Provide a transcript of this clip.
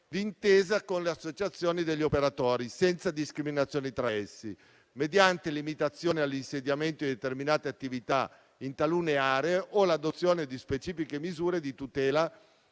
d'intesa con le associazioni degli operatori, senza discriminazioni tra essi, mediante limitazioni all'insediamento di determinate attività in talune aree o l'adozione di specifiche misure di tutela